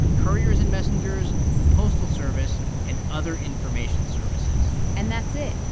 couriers and messengers, the postal service and other information services and that's it.